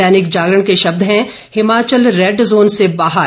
दैनिक जागरण के शब्द हैं हिमाचल रेड जोन से बाहर